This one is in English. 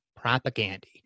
propaganda